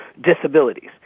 disabilities